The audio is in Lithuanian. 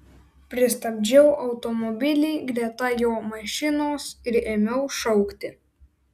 pristabdžiau automobilį greta jo mašinos ir ėmiau šaukti